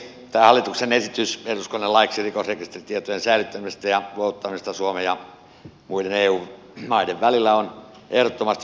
tämä hallituksen esitys eduskunnalle laiksi rikosrekisteritietojen säilyttämisestä ja luovuttamisesta suomen ja muiden eu maiden välillä on ehdottomasti paikallaan